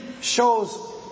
shows